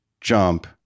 jump